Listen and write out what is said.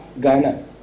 Ghana